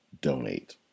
donate